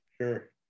Sure